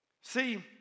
See